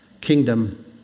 kingdom